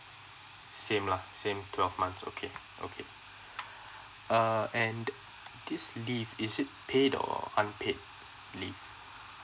same lah same twelve months okay okay uh and this leave is it paid or unpaid leave